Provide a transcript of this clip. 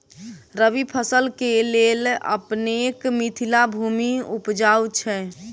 रबी फसल केँ लेल अपनेक मिथिला भूमि उपजाउ छै